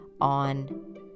on